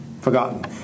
forgotten